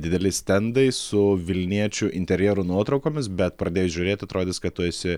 dideli stendai su vilniečių interjerų nuotraukomis bet pradėjus žiūrėti atrodys kad tu esi